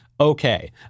Okay